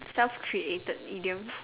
self created idiom